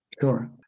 Sure